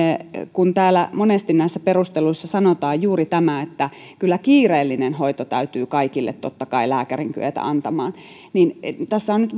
kun täällä monesti näissä perusteluissa sanotaan juuri tämä että kyllä kiireellinen hoito täytyy kaikille totta kai lääkärin kyetä antamaan niin tässä on nyt